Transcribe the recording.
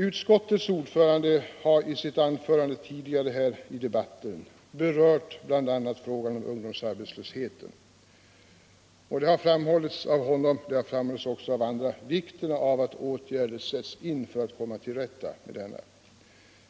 Utskottets ordförande har tidigare i debatten berört bl.a. ungdomsarbetslösheten och — liksom andra talare — framhållit vikten av att åtgärder sätts in för att man skall komma till rätta med densamma.